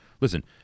Listen